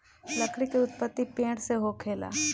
लकड़ी के उत्पति पेड़ से होखेला